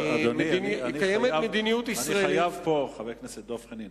חבר הכנסת חנין,